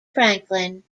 franklin